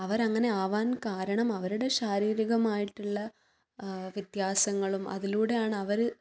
അവരങ്ങനെ ആവാൻ കാരണം അവരുടെ ശാരീരികമായിട്ടുള്ള വ്യത്യാസങ്ങളും അതിലൂടെയാണവർ